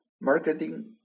Marketing